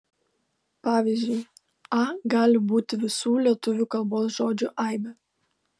pavyzdžiui a gali būti visų lietuvių kalbos žodžių aibė